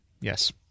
yes